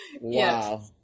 Wow